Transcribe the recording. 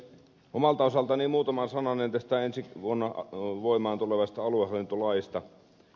omalta osaltani muutama sananen tästä ensi vuonna voimaan tulevasta aluehallintolaista